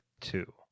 two